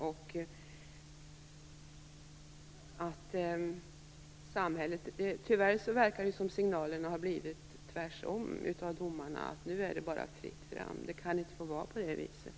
Tyvärr verkar det som att signalen från domarna har blivit tvärtom, och att det nu är fritt fram. Det kan inte få vara på det viset.